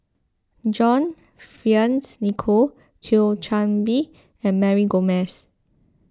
John Fearns Nicoll Thio Chan Bee and Mary Gomes